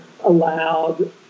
allowed